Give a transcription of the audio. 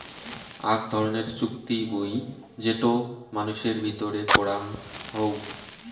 আক ধরণের চুক্তি বুই যেটো মানুষের ভিতরে করাং হউ